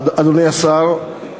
אדוני השר,